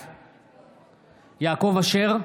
בעד יעקב אשר,